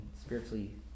spiritually